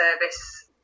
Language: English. service